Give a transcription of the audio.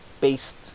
based